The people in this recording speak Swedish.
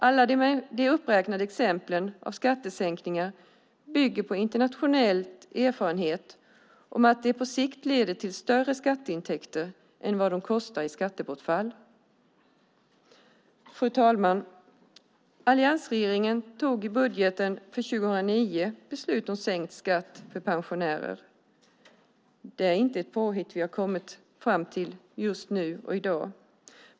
Alla de uppräknade exemplen på skattesänkningar bygger på internationell erfarenhet om att de på sikt leder till större skatteintäkter än vad de kostar i skattebortfall. Herr talman! Alliansregeringen tog med budgeten för 2009 beslut om sänkt skatt för pensionärer. Det är inte ett påhitt vi har kommit fram till just nu och i dag.